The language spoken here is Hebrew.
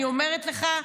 אני אומרת לך,